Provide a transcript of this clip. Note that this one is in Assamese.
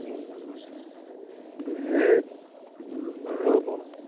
এই ৰ'ব